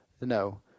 No